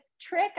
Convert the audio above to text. trick